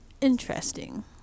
Interesting